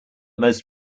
most